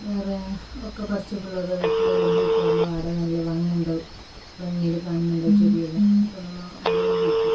വേറെ ഒക്കെ പഠിച്ച പിള്ളേരുടെ വീട്ടിലെല്ലാം പോയിട്ടാകുമ്പോൾ അവിടെ നല്ല വാങ്ങോണ്ടാകും ഭംഗിയിൽ കാണുന്നുണ്ടാവും ചെടിയെല്ലാം അപ്പം നമ്മൾ ഓറോടും ചോദിക്കും